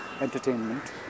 entertainment